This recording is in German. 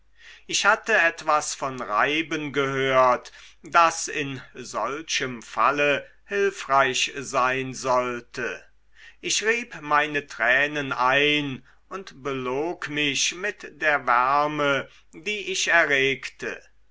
ich hatte etwas von reiben gehört das in solchem falle hülfreich sein sollte ich rieb meine tränen ein und belog mich mit der wärme die ich erregte